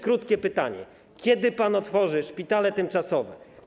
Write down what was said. Krótkie pytanie: Kiedy pan otworzy szpitale tymczasowe?